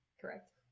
Correct